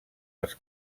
els